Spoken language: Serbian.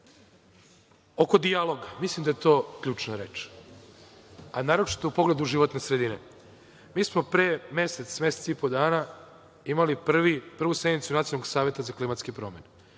Srbije. Dijalog. Mislim da je to ključna reč, a naročito u pogledu životne sredine. Mi smo pre mesec, mesec i po dana imali prvu sednicu Nacionalnog saveta za klimatske promene,